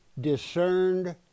discerned